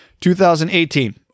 2018